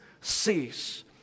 cease